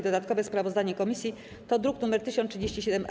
Dodatkowe sprawozdanie komisji to druk nr 1037-A.